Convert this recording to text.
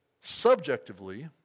subjectively